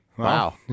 Wow